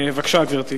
בבקשה, גברתי.